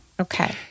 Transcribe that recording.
Okay